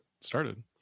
started